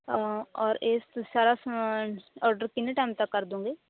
ਔਰ ਇਹ ਤੁਸੀਂ ਸਾਰਾ ਸਮਾਨ ਔਡਰ ਕਿੰਨੇ ਟਾਈਮ ਤੱਕ ਕਰ ਦਿਓਗੇ